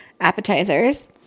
appetizers